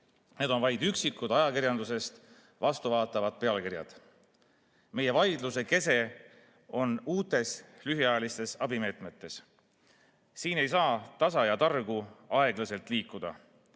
need on vaid üksikud ajakirjandusest vastu vaatavad pealkirjad. Meie vaidluse kese on uutes lühiajalistes abimeetmetes. Siin ei saa tasa ja targu aeglaselt liikuda.